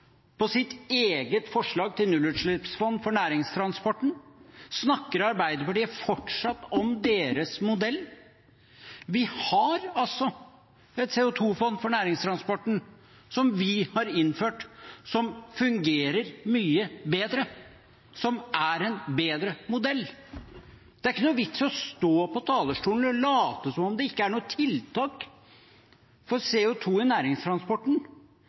sitt eget forslag til nullutslippsfond til næringstransporten? Snakker Arbeiderpartiet fortsatt om deres modell? Vi har altså et CO 2 -fond for næringstransporten, som vi har innført, som fungerer mye bedre, som er en bedre modell. Det er ikke noen vits i å stå på talerstolen og late som om det ikke er noen tiltak for CO 2 i næringstransporten